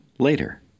Later